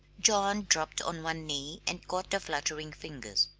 john dropped on one knee and caught the fluttering fingers.